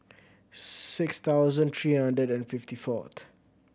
six thousand three hundred and fifty fourth